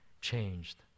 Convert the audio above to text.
changed